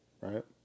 right